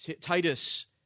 Titus